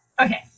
okay